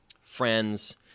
friends